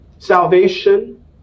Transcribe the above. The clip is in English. salvation